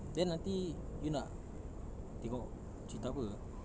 then nanti you nak tengok cerita apa